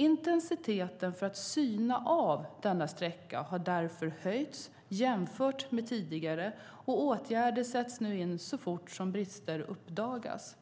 Intensiteten för att syna av denna sträcka har därför höjts jämfört med tidigare, och åtgärder sätts nu in så fort brister uppdagas.